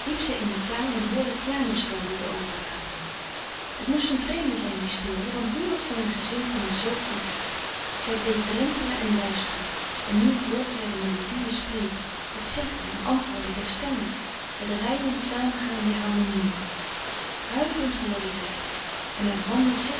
in den tuin en hoorde piano spel door de open ramen het moest een vreemde zijn die speelde want niemand van haar gezin kon het zoo goed zij bleef drentelen en luisteren en nu hoorde zij de melodieën spreken het zeggen en antwoorden der stemmen het reiend samengaan der harmonieën huiverend hoorde zij het en haar handen